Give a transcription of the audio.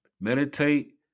Meditate